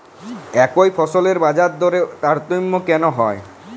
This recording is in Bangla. একই ফসলের বাজারদরে তারতম্য কেন হয়?